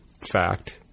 fact